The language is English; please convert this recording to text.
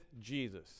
Jesus